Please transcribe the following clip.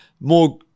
more